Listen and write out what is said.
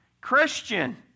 Christian